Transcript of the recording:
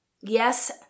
Yes